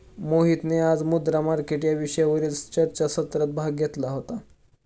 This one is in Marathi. मोहितने आज मुद्रा मार्केट या विषयावरील चर्चासत्रात भाग घेतला होता